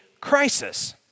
crisis